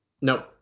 No